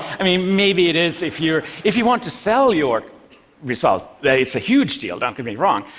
i mean, maybe it is if you're if you want to sell your result then it's a huge deal don't get me wrong.